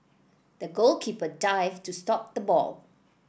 the goalkeeper dived to stop the ball